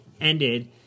ended